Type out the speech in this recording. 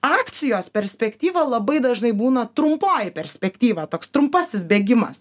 akcijos perspektyva labai dažnai būna trumpoji perspektyva toks trumpasis bėgimas